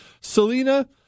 Selena